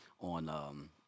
on